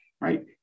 right